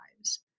lives